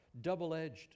double-edged